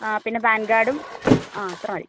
ആ പിന്നെ പാൻ കാർഡും ആ ഇത്ര മതി